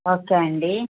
okay అండి